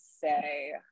say